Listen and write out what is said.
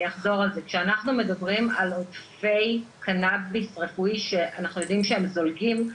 כשאנחנו מדברים על עודפי קנאביס רפואי שאנחנו יודעים שהם זולגים,